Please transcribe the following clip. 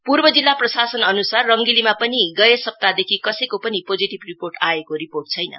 पूर्व जिल्ला प्रशासनद्वारा अनुसार रंगेलीमा पनि गए सप्ताहदेखि कसैको पनि पोजेटिभ रिपोर्ट आएको छैन